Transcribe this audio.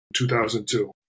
2002